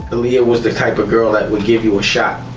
aaliyah was the type of girl that would give you a shot.